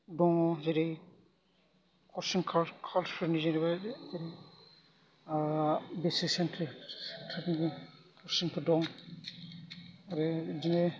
दङ जेरै कचिं क्लास फोरनि जेनेबा जेरै बेसे सेन्तार नि कचिं फोर दं आरो बिदिनो